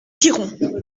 piron